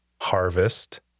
harvest